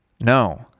No